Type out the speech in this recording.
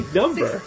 number